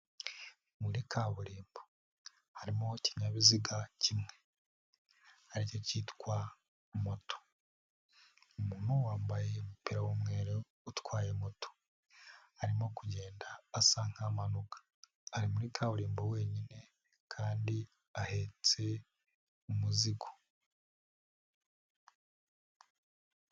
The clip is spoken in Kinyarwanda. Muri kaburimbo harimo ikinyabiziga kimwe aricyo kitwa moto, umuntu wambaye umupira w'umweru utwaye moto arimo kugenda asa nk'ahamanuka, ari muri kaburimbo wenyine kandi ahetse umuzigo.